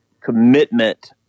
commitment